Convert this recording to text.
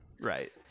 Right